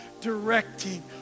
directing